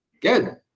good